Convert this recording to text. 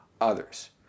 others